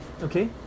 okay